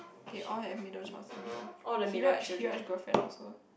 they all have middle child syndrome Heeraj Heeraj girlfriend also